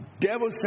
devil